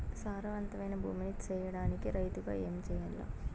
సారవంతమైన భూమి నీ సేయడానికి రైతుగా ఏమి చెయల్ల?